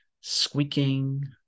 squeaking